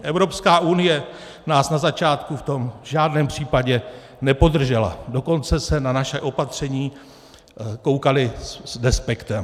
Evropská unie nás na začátku v tom v žádném případě nepodržela, dokonce se na naše opatření koukali s despektem.